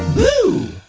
boo!